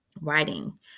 writing